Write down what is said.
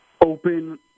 open